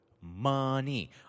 money